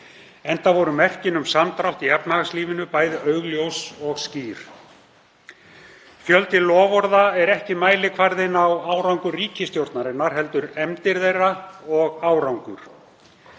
enda voru merkin um samdrátt í efnahagslífinu bæði augljós og skýr. Fjöldi loforða er ekki mælikvarði á árangur ríkisstjórnarinnar heldur efndir þeirra og árangur.